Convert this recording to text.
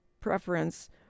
preference